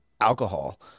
alcohol